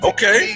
Okay